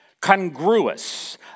congruous